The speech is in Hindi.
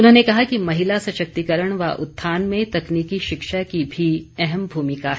उन्होंने कहा कि महिला सशक्तिकरण व उत्थान में तकनीकी शिक्षा की भी अहम भूमिका है